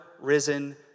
risen